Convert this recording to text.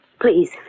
Please